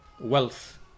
Wealth